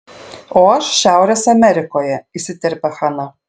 o aš šiaurės amerikoje įsiterpia hana